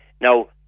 Now